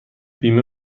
بیمه